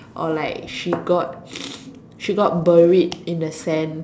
or like she got she got buried in the sand